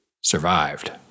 survived